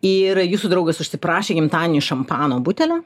ir jūsų draugas užsiprašė gimtadieniui šampano butelio